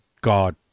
God